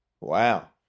Wow